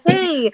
Hey